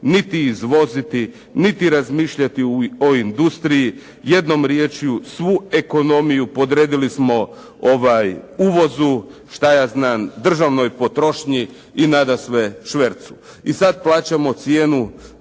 niti izvoziti, niti razmišljati o industriji, jednom rječju svu ekonomiju podredili smo uvozu, državnoj potrošnji i nadasve švercu. I sad plaćamo cijenu